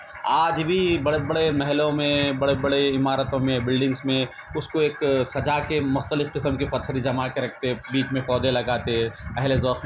آج بھی بڑے بڑے محلوں میں بڑے بڑے عمارتوں میں بلڈنگس میں اس کو ایک سجا کے مخلتف قسم کے پتھر جمع کے رکھتے بيچ ميں پودے لگاتے اہلِ ذوق